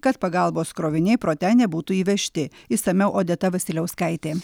kad pagalbos kroviniai pro ten nebūtų įvežti išsamiau odeta vasiliauskaitė